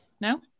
no